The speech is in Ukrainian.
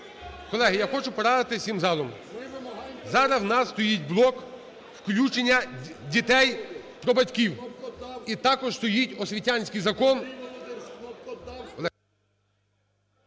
Колеги, я хочу порадитись всім залом. Зараз у нас стоїть блок включення дітей про батьків і також стоїть освітянський закон.